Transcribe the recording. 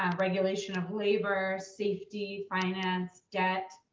and regulation of labor, safety, finance, debt,